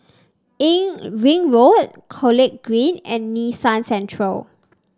In Ring Road College Green and Nee Soon Central